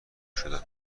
شدم